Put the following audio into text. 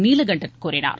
நீலகண்டன் கூறினார்